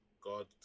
God